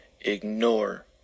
ignore